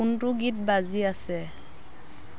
কোনটো গীত বাজি আছে